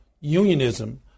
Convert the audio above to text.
unionism